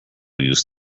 use